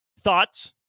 thoughts